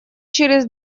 через